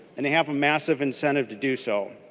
and they have a massive incentive to do so.